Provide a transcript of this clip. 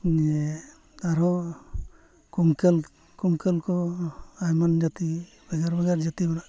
ᱡᱮ ᱟᱨᱚ ᱠᱩᱝᱠᱟᱹᱞ ᱠᱩᱝᱠᱟᱹᱞ ᱠᱚ ᱟᱨ ᱮᱢᱟᱱ ᱡᱟᱹᱛᱤ ᱵᱷᱮᱜᱟᱨ ᱵᱷᱮᱜᱟᱨ ᱡᱟᱹᱛᱤ ᱢᱮᱱᱟᱜ ᱠᱚᱣᱟ